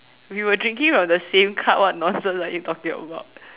we were drinking from the same cup what nonsense are you talking about